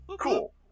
Cool